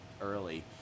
early